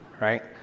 right